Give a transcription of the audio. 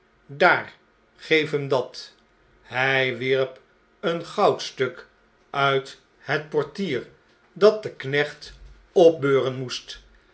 daar geef hem dat hg wierp een goudstuk uit het portier dat de knecht opbeuren moest